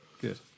Good